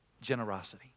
generosity